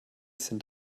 sind